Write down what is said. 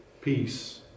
peace